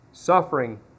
Suffering